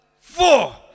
Four